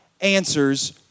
answers